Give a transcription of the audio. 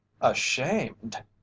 Ashamed